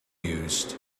used